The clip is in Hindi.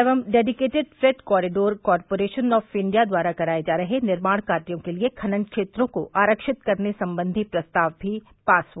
एवं dedicated freight corridor corporation of India द्वारा कराये जा रहे निर्माण कार्यो के लिये खनन क्षेत्रों को आरक्षित करने संबंधी प्रस्ताव भी पास हो गया